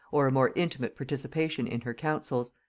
or a more intimate participation in her councils.